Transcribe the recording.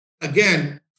again